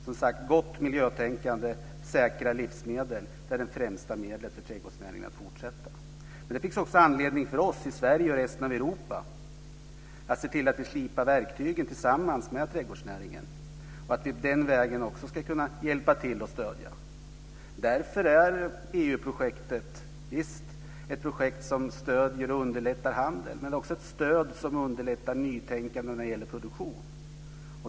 Som sagt: Gott miljötänkande och säkra livsmedel är de främsta medlen för trädgårdsnäringen i fortsättningen. Men det finns också anledning för oss i Sverige och resten av Europa att se till att vi slipar verktygen tillsammans med trädgårdsnäringen och att vi den vägen kan hjälpa till och stödja. Därför är EU projektet ett projekt som stöder och underlättar handel - visst. Men det är också ett stöd som underlättar nytänkande när det gäller produktion.